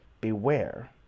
Beware